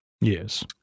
Yes